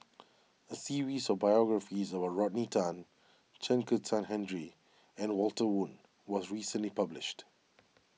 a series of biographies about Rodney Tan Chen Kezhan Henri and Walter Woon was recently published